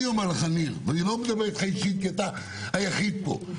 אני לא מדבר אליך אישית, כי אתה היחיד פה.